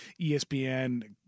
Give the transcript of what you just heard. ESPN